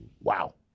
Wow